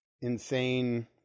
insane